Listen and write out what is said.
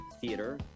theater